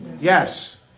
Yes